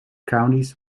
counties